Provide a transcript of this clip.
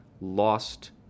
lost